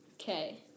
okay